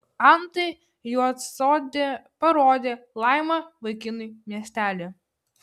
antai juodsodė parodė laima vaikinui miestelį